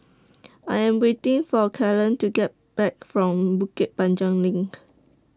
I Am waiting For Kellen to Come Back from Bukit Panjang LINK